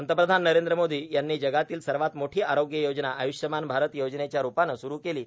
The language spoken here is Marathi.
पंतप्रधान नरद्र मोदो यांनी जगातील सवात मोठो आरोग्य योजना आय्ष्यमान भारत योजनेच्या रुपानं सुरु केलों